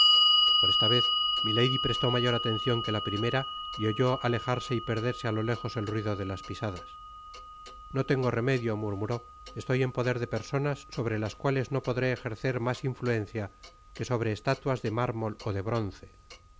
por esta vez milady prestó mayor atencion que la primera y oyó alejarse y perderse á lo lejos el ruido de las pisadas no tengo remedio murmuró estoy en poder de personas sobre las cuales no podré ejercer mas influencia que sobre estatuas de mármal ó de bronce